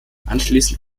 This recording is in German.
anschließend